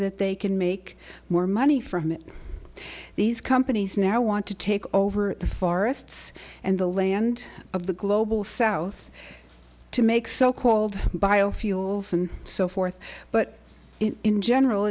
that they can make more money from these companies now want to take over the forests and the land of the global south to make so called biofuels and so forth but in general